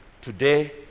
Today